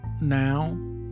now